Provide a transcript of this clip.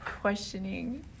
questioning